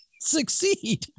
succeed